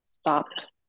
stopped